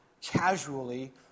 casually